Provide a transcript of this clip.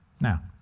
Now